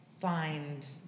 find